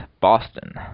Boston